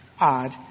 odd